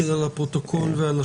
תראה את הסיפא של סעיף קטן (2).